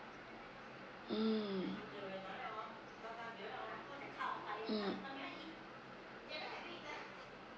mm mm